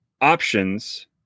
options